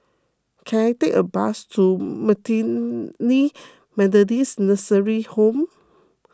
can I take a bus to Methodist Nursing Home